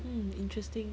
mm interesting